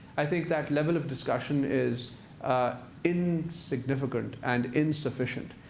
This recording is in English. i think that level of discussion is insignificant and insufficient.